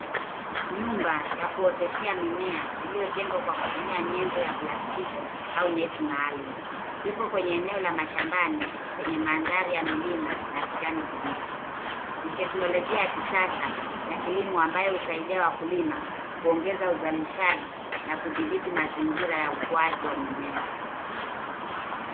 Nyumba ya kuoteshea mimea iliyojengwa kwa kutumia nyezo ya plastiki au neti maalum. Ipo kwenye eneo la mashambani lenye mandhari ya milima na kijani kibichi. Ni teknolojia ya kisasa ya kilimo ambayo husaidia wakulima kuongeza uzalishaji na kutibhiti mazingira ya ukuaji wa mimea.